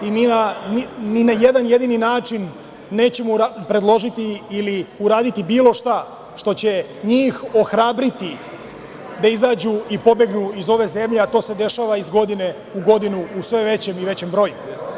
Ni na jedan jedini način nećemo predložiti ili uraditi bilo šta što će njih ohrabriti da izađu i pobegnu iz ove zemlje, a to se dešava iz godine u godinu u sve većem i većem broju.